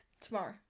Tomorrow